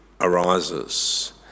arises